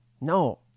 No